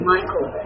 Michael